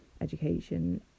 education